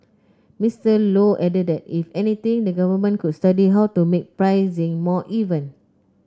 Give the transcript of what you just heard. Mister Low added that if anything the Government could study how to make pricing more even